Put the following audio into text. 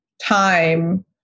time